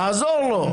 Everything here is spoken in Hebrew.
תעזור לו.